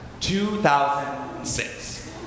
2006